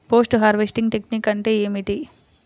Post harvesting technique అంటే ఏమిటీ?